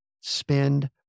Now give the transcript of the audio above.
Spend